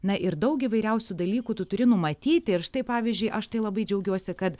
na ir daug įvairiausių dalykų tu turi numatyti ir štai pavyzdžiui aš tai labai džiaugiuosi kad